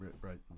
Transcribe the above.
right